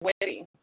wedding